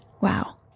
Wow